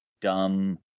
dumb